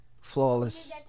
Flawless